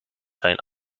zijn